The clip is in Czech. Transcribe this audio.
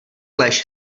lež